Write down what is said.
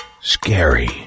scary